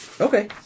Okay